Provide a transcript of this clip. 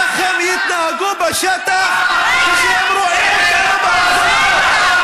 איך הם יתנהגו בשטח כשהם רואים אותנו בהפגנה?